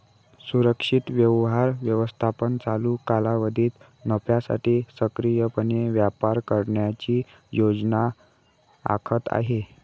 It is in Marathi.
सुरक्षित व्यवहार व्यवस्थापन चालू कालावधीत नफ्यासाठी सक्रियपणे व्यापार करण्याची योजना आखत आहे